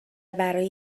برای